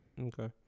Okay